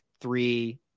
three